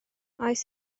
oes